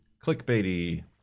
clickbaity